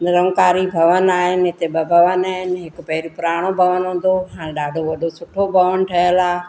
निरंकारी भवन आहिनि हिते ॿ भवन आहिनि हिकु पहिरीं पुराणो भवन हूंदो हाणे ॾाढो वॾो सुठो भवन ठहियलु आहे